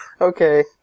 Okay